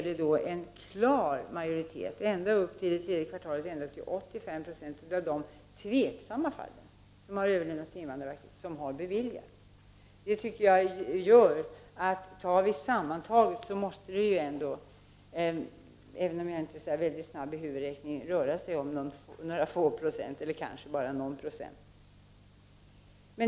Det är en klar majoritet — under det tredje kvartalet i år upp till 85 9 — av de tveksamma fallen som har överlämnats till invandrarverket som har beviljats. Sammantaget har bara några få eller någon procent av ansökningarna avslagits.